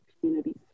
communities